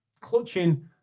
clutching